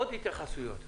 עוד התייחסויות.